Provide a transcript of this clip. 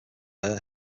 hair